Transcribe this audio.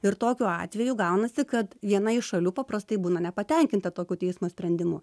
ir tokiu atveju gaunasi kad viena iš šalių paprastai būna nepatenkinta tokiu teismo sprendimu